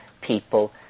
people